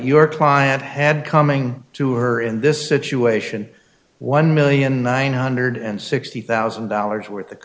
your client had coming to her in this situation one million nine hundred and sixty thousand dollars worth of